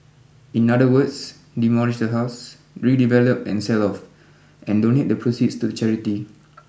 in other words demolish the house redevelop and sell off and donate the proceeds to charity